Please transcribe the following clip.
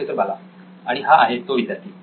professor Bala आणि हा आहे तो विद्यार्थी